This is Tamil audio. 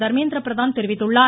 தர்மேந்திர பிரதான் தெரிவித்துள்ளார்